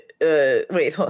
Wait